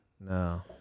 no